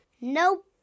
Nope